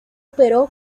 operó